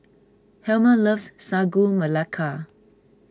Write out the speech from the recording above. Helmer loves Sagu Melaka